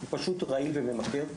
הוא פשוט רעיל וממכר.